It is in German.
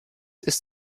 ist